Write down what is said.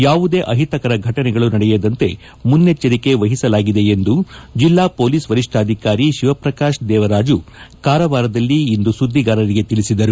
ಯಾವುದೇ ಅಹಿತಕರ ಫಟನೆಗಳು ನಡೆಯದಂತೆ ಮುನ್ನೆಚ್ಚರಿಕೆ ವಹಿಸಲಾಗಿದೆ ಎಂದು ಜಿಲ್ಲಾ ಪೊಲೀಸ್ ವರಿಷ್ಠಾಧಿಕಾರಿ ಶಿವಪ್ರಕಾಶ್ ದೇವರಾಜು ಕಾರವಾರದಲ್ಲಿಂದು ಸುದ್ಲಿಗಾರರಿಗೆ ತಿಳಿಸಿದ್ದಾರೆ